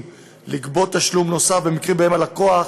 לגבות תשלום נוסף במקרים שבהם הלקוח